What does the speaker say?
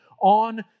on